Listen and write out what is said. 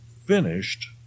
finished